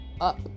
up